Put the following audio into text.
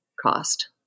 cost